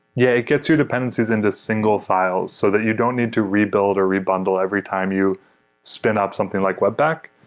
yeah. it gets you dependencies in the single files so that you don't need to rebuild or re-bundle every time you spin up something like webpack.